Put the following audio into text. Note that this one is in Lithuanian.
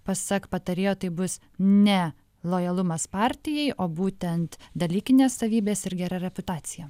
pasak patarėjo tai bus ne lojalumas partijai o būtent dalykinės savybės ir gera reputacija